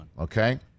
Okay